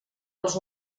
als